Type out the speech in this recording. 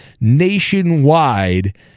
nationwide